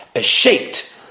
shaped